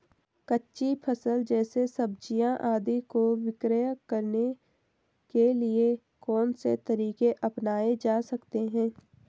कच्ची फसल जैसे सब्जियाँ आदि को विक्रय करने के लिये कौन से तरीके अपनायें जा सकते हैं?